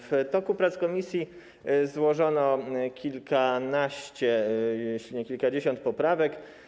W toku prac komisji złożono kilkanaście, jeśli nie kilkadziesiąt poprawek.